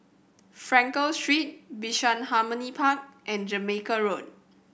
Frankel Street Bishan Harmony Park and Jamaica Road